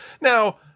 Now